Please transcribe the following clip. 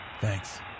Thanks